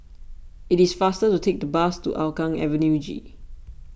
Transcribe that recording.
it is faster to take the bus to Hougang Avenue G